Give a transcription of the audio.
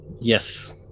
yes